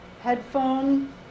headphone